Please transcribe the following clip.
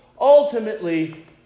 Ultimately